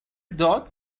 داد